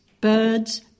birds